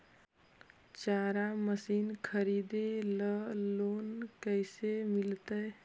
चारा मशिन खरीदे ल लोन कैसे मिलतै?